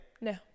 No